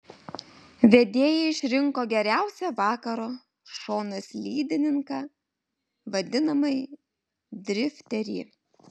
vedėjai išrinko geriausią vakaro šonaslydininką vadinamąjį drifterį